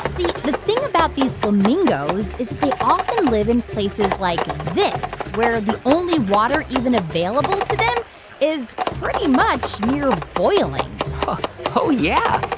see, the thing about these flamingos is they often live in places like this where the only water even available to them is pretty much near boiling oh, yeah,